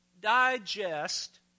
digest